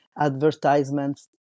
advertisements